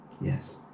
yes